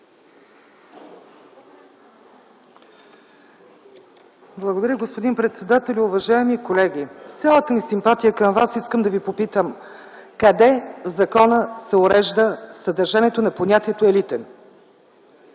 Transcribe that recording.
Благодаря, господин председателю. Уважаеми колеги, с цялата ми симпатия към вас искам да ви попитам: къде в закона се урежда съдържанието на понятието „елитен”?